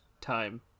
Time